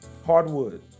Hardwood